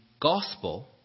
gospel